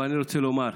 אבל אני רוצה לומר: